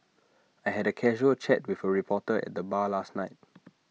I had A casual chat with A reporter at the bar last night